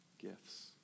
gifts